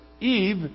Eve